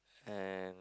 and